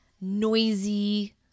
noisy